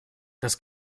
das